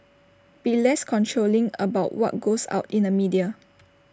be less controlling about what goes out in the media